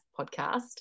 podcast